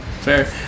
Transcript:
fair